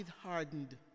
hardened